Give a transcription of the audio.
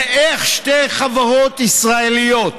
איך שתי חברות ישראליות,